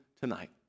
tonight